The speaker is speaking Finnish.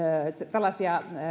tällaisia